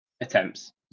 attempts